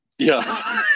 Yes